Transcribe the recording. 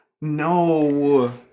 No